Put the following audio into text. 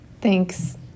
Thanks